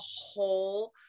whole